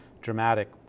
dramatic